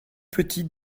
petit